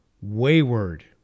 wayward